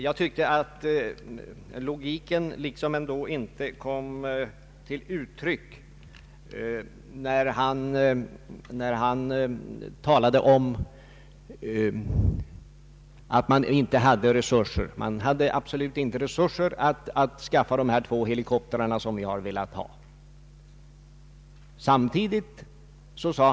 Jag tycker dock inte att det finns tillfredsställande logik i hans uttalande om att det absolut inte finns resurser för att skaffa de två helikoptrar som vi har velat ha.